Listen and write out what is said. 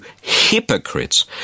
hypocrites